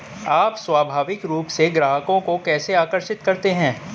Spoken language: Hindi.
आप स्वाभाविक रूप से ग्राहकों को कैसे आकर्षित करते हैं?